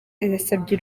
yasabye